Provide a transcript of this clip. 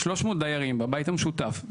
300 דיירים בבית המשותף,